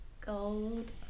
Gold